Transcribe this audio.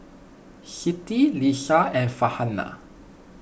Siti Lisa and Farhanah